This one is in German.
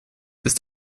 ist